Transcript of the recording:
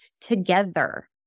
together